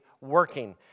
working